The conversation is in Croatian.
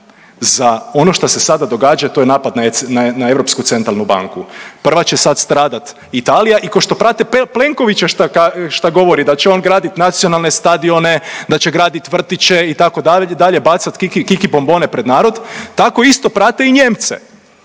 za ono šta se sada događa, a to je napad na ECB. Prva će sad stradat Italija i košto prate Plenkovića šta govori da će on gradit nacionalne stadione, da će gradit vrtiće itd., bacat kiki, kiki bombone pred narod, tako isto prate i Nijemce,